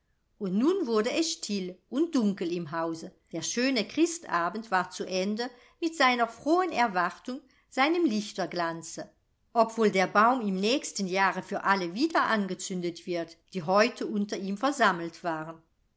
und nun wurde es still und dunkel im hause der schöne christabend war zu ende mit seiner frohen erwartung seinem lichterglanze ob wohl der baum im nächsten jahre für alle wieder angezündet wird die heute unter ihm versammelt waren